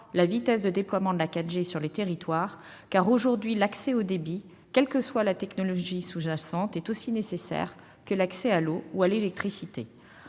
la vitesse de déploiement de ce réseau sur le territoire, car, aujourd'hui, l'accès au débit, quelle que soit la technologie sous-jacente, est aussi nécessaire que l'accès à l'eau ou à l'électricité.